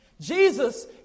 Jesus